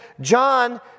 John